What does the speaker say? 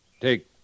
Take